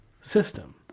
system